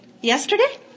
Yesterday